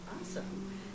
Awesome